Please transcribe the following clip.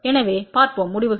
எனவே பார்ப்போம் முடிவுகள்